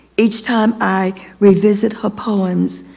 each time i revisit her poems,